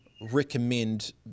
recommend